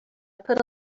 put